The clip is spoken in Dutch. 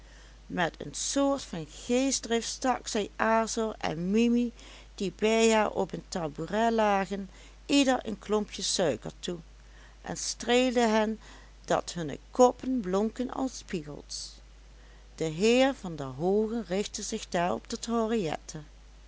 met een soort van geestdrift stak zij azor en mimi die bij haar op een tabouret lagen ieder een klompje suiker toe en streelde hen dat hunne koppen blonken als spiegels de heer van der hoogen richtte zich daarop tot